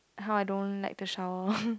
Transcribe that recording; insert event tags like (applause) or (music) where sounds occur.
how I don't like to shower (laughs)